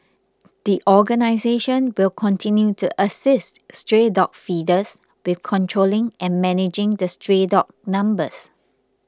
the organisation will continue to assist stray dog feeders with controlling and managing the stray dog numbers